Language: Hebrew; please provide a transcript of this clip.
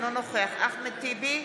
אינו נוכח אחמד טיבי,